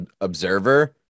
observer